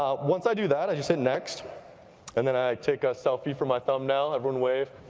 um once i do that, i just hit next and then i take a selfie for my thumbnail. everyone wave.